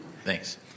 Thanks